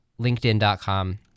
LinkedIn.com